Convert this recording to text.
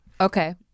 Okay